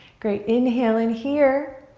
great, inhale in here,